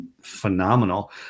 phenomenal